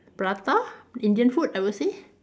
prata Indian food I would say